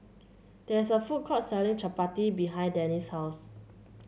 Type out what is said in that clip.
there is a food court selling Chapati behind Dannie's house